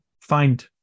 find